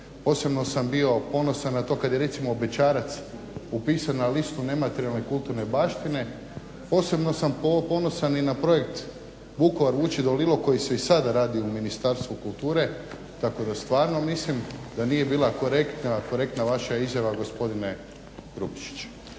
Posebno sam bio ponosan na to kad je recimo bećarac upisan na listu nematerijalne kulturne baštine. Posebno sam ponosan i na projekt Vukovar – Vučedol – Ilok koji se i sada radi u Ministarstvu kulture tako da stvarno mislim da nije bila korektna vaša izjava gospodine Grubišić.